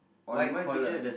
white collar